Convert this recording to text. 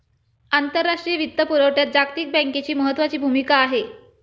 आंतरराष्ट्रीय वित्तपुरवठ्यात जागतिक बँकेची महत्त्वाची भूमिका आहे